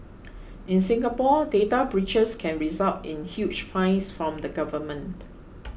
in Singapore data breaches can result in huge fines from the government